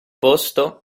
posto